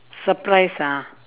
surprise ah